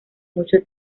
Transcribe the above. mucho